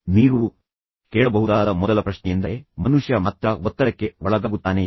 ನೀವು ಕೇಳಬಹುದಾದ ಮೊದಲ ಪ್ರಶ್ನೆಯೆಂದರೆ ಮನುಷ್ಯ ಮಾತ್ರ ಒತ್ತಡಕ್ಕೊಳಗಾಗುತ್ತಾನೆಯೇ